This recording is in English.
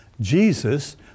Jesus